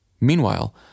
Meanwhile